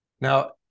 Now